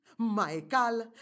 Michael